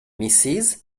mrs